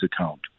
account